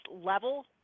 level